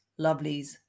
lovelies